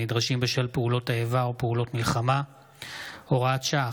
הנדרשים בשל פעולות האיבה או פעולות המלחמה (הוראת שעה,